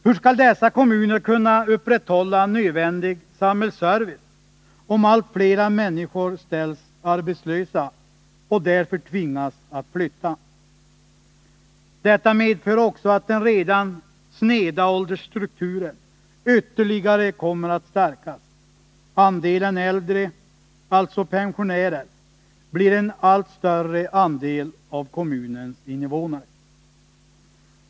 Hur skall dessa kommuner kunna upprätthålla nödvändig samhällsservice om allt fler människor ställs arbetslösa och därför tvingas att flytta? Detta medför också att den redan sneda åldersstrukturen ytterligare kommer att stärkas. Andelen äldre av kommunens invånare, alltså pensionärerna, blir allt större.